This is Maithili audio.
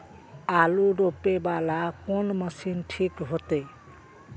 आलू रोपे वाला कोन मशीन ठीक होते?